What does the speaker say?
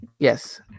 Yes